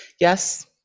Yes